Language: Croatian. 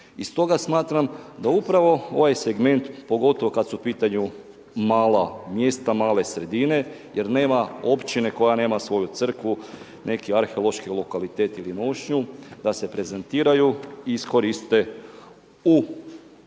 i stoga smatram da upravo ovaj segment, pogotovo kad su u pitanju mala mjesta, male sredine jer nema općine koja nema svoju crkvu, neki arheološki lokalitet ili nošnje da se prezentiraju i iskoriste u